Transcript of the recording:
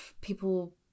people